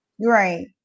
right